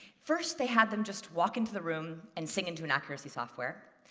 first, they had them just walk into the room and sing into an accuracy software.